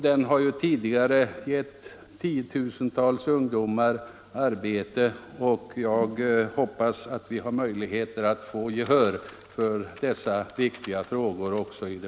Den har ju tidigare givit tiotusentals ungdomar arbete.